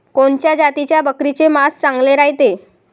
कोनच्या जातीच्या बकरीचे मांस चांगले रायते?